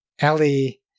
Ellie